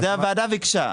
זה הוועדה ביקשה.